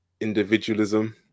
individualism